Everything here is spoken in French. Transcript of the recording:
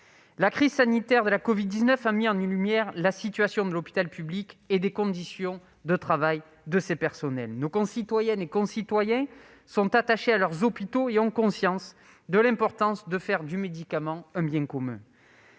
La crise sanitaire de la covid-19 a mis en lumière la situation de l'hôpital public et les conditions de travail de ses personnels. Nos concitoyennes et concitoyens sont attachés à leurs hôpitaux et savent combien il est important de faire du médicament un bien commun.